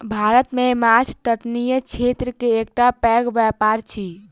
भारत मे माँछ तटीय क्षेत्र के एकटा पैघ व्यापार अछि